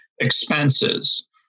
expenses